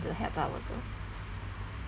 to help out also